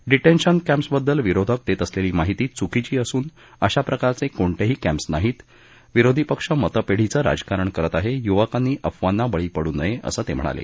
डिटेशन कॅम्सबददल विरोधक देत असलेली माहिती च्कीची असून अशा प्रकारचे कोणतेही कॅम्स नाहीत विरोधी पक्ष मतपेढीचं राजकारण करत आहे युवकांनी अफवांना बळी पडू नये असं ते म्हणाले